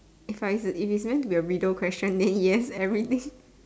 if I if it's meant to be a riddle question then yes everything